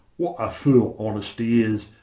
what a fool honesty is!